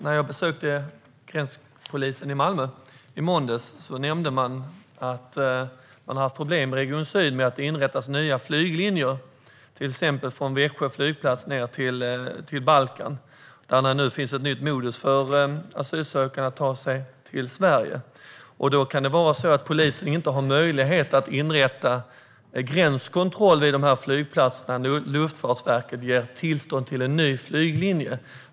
När jag besökte gränspolisen i Malmö i måndags nämnde man att man har haft problem i Region Syd med att det inrättas nya flyglinjer, till exempel från Växjö flygplats ned till Balkan. Där finns det nu ett nytt modus för asylsökande att ta sig till Sverige. Det kan då vara så att polisen inte har möjlighet att inrätta gränskontroll vid de flygplatserna när Luftfartsverket ger tillstånd till en ny flyglinje.